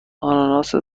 آناناس